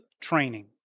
training